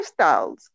lifestyles